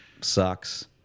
sucks